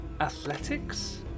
athletics